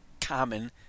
common